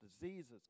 diseases